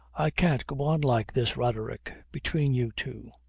i can't go on like this, roderick between you two.